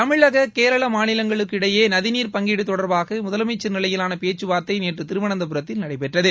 தமிழக கேரளா மாநிலங்களுக்கு இடையே நதிநீர் பங்கீடு தொடர்பாக முதலனமச்சர் நிலையிலான பேச்சுவார்த்தை நேற்று திருவனந்தபுரத்தில் நடைபெற்றது